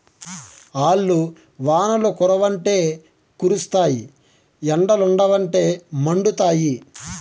ఆల్లు వానలు కురవ్వంటే కురుస్తాయి ఎండలుండవంటే మండుతాయి